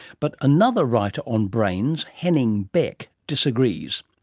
but another writer on brains, henning beck disagrees,